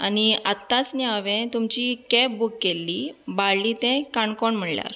आनी आत्तांच न्ही हांवें तुमची कॅब बुक केल्ली बाळ्ळी तें काणकोण म्हणल्यार